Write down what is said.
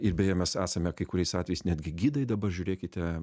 ir beje mes esame kai kuriais atvejais netgi gidai dabar žiūrėkite